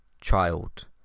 child